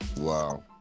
Wow